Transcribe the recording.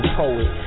poet